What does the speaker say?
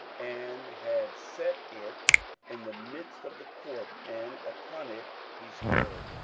and had set it in the midst of the court and upon it he stood,